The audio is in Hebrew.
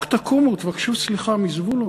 רק תקומו, תבקשו סליחה מזבולון,